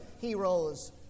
heroes